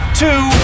two